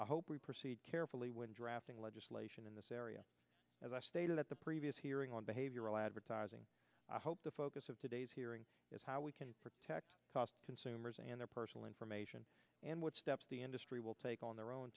i hope we proceed carefully when drafting legislation in this area as i stated at the previous hearing on behavioral advertising i hope the focus of today's hearing is how we can protect consumers and their personal information and what steps the industry will take on their own